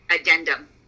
addendum